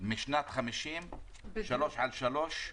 משנת 1950, שלוש על שלוש,